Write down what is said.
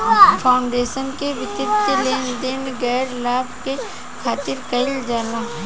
foundation के वित्तीय लेन देन गैर लाभ के खातिर कईल जाला